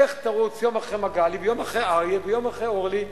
לך תרוץ יום אחרי מגלי ויום אחרי אריה ויום אחרי אורלי,